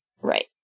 Right